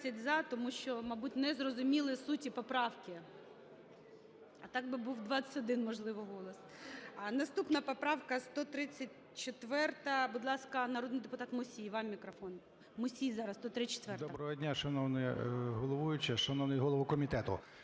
За-20 Тому що, мабуть, не зрозуміли суті поправки, а так би був 21, можливо, голос. Наступна поправка - 134. Будь ласка, народний депутат Мусій, вам мікрофон. Мусій зараз 134-а. 11:04:57 МУСІЙ О.С. Доброго дня, шановна головуюча, шановний голово комітету,